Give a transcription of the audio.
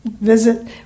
visit